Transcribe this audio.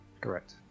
Correct